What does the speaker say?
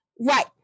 Right